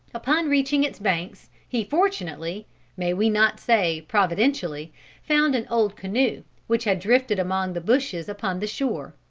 upon reaching its banks he fortunately may we not say providentially found an old canoe which had drifted among the bushes upon the shore.